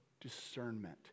discernment